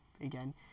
again